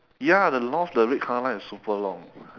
ya the loft the red colour line is super long